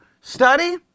study